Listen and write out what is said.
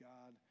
God